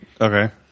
Okay